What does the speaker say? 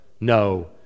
no